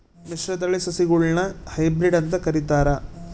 ಮಿಶ್ರತಳಿ ಸಸಿಗುಳ್ನ ಹೈಬ್ರಿಡ್ ಅಂತ ಕರಿತಾರ